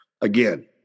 Again